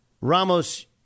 Ramos